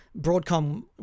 Broadcom